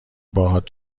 باهات